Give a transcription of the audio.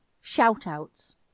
Shout-outs